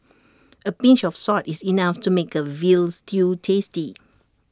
A pinch of salt is enough to make A Veal Stew tasty